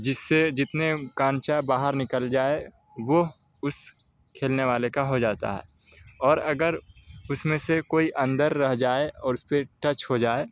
جس سے جتنے کانچا باہر نکل جائے وہ اس کھیلنے والے کا ہو جاتا ہے اور اگر اس میں سے کوئی اندر رہ جائے اور اس پہ ٹچ ہو جائے